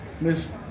Miss